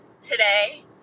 today